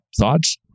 Thoughts